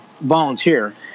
volunteer